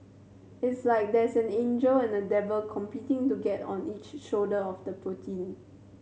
it's like there is an angel and a devil competing to get on each shoulder of the protein